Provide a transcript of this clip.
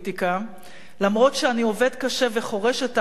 למרות שאני עובד קשה ו'חורש' את הארץ באספות,